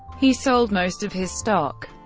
he sold most of his stock.